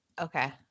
Okay